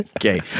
Okay